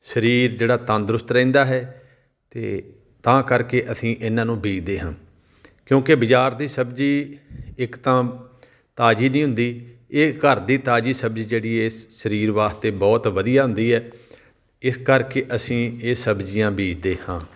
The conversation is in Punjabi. ਸਰੀਰ ਜਿਹੜਾ ਤੰਦਰੁਸਤ ਰਹਿੰਦਾ ਹੈ ਅਤੇ ਤਾਂ ਕਰਕੇ ਅਸੀਂ ਇਹਨਾਂ ਨੂੰ ਬੀਜਦੇ ਹਾਂ ਕਿਉਂਕਿ ਬਾਜ਼ਾਰ ਦੀ ਸਬਜ਼ੀ ਇੱਕ ਤਾਂ ਤਾਜ਼ੀ ਨਹੀਂ ਹੁੰਦੀ ਇਹ ਘਰ ਦੀ ਤਾਜ਼ੀ ਸਬਜ਼ੀ ਜਿਹੜੀ ਹੈ ਸਰੀਰ ਵਾਸਤੇ ਬਹੁਤ ਵਧੀਆ ਹੁੰਦੀ ਹੈ ਇਸ ਕਰਕੇ ਅਸੀਂ ਇਹ ਸਬਜ਼ੀਆਂ ਬੀਜਦੇ ਹਾਂ